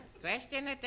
question